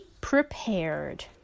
prepared